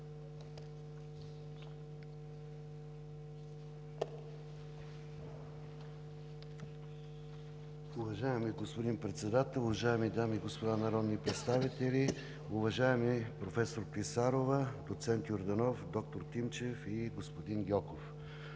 Уважаеми господин Председател, уважаеми дами и господа народни представители! Уважаеми професор Клисарова, доцент Йорданов, доктор Тимчев и господин Гьоков,